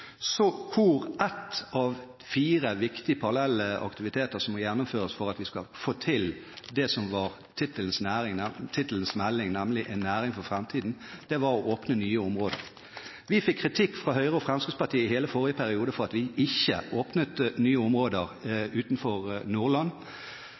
hvor én av fire viktige parallelle aktiviteter som må gjennomføres for at vi skal få til det som var meldingens tittel – En næring for framtida – var å åpne nye områder. Vi fikk kritikk fra Høyre og Fremskrittspartiet i hele forrige periode for at vi ikke åpnet nye områder